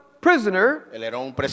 prisoner